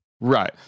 right